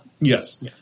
Yes